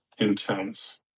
intense